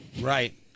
Right